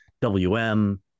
WM